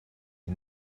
you